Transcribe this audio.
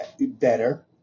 better